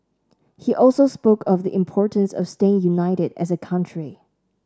he also spoke of the importance of staying united as a country